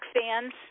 fans